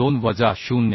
22 वजा 0